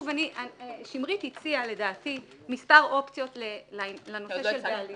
שמרית הציעה, לדעתי, מספר אופציות לנושא של בעלים